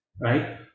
right